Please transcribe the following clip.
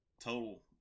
Total